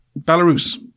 Belarus